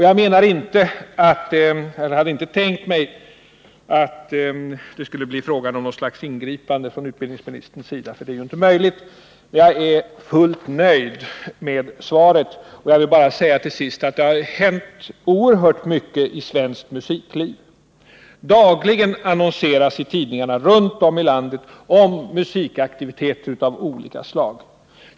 Jag hade inte tänkt mig att det skulle bli fråga om något slags ingripande från utbildningsministerns sida, eftersom det ju inte är möjligt. Jag är fullt nöjd med svaret. Til! sist vill jag bara säga att det har hänt oerhört mycket i svenskt musikliv. Dagligen annonseras det i tidningarna runt om i landet om olika slags musikaktiviteter.